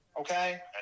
okay